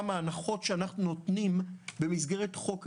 מהנחות שאנחנו נותנים במסגרת חוק ההסדרים.